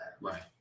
Right